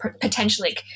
potentially